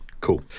Cool